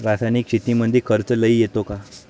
रासायनिक शेतीमंदी खर्च लई येतो का?